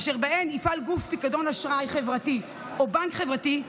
אשר בהן יפעל גוף פיקדון ואשראי חברתי או בנק חברתי,